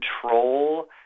control